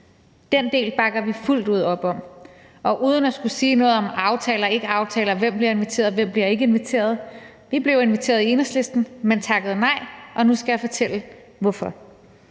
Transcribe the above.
Den del bakker vi fuldt ud op om. Og uden at skulle sige noget om aftaler og ikke aftaler, hvem der bliver inviteret, og hvem der ikke bliver inviteret, kan jeg sige, at vi i Enhedslisten blev inviteret, men takkede nej, og nu skal jeg fortælle hvorfor.